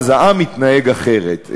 אז העם יתנהג אחרת.